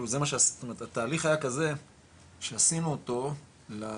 זאת אומרת התהליך היה כזה שעשינו אותו רק